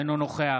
אינו נוכח